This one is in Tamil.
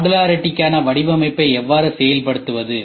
மாடுலரிட்டிக்கான வடிவமைப்பை எவ்வாறு செயல்படுத்துவது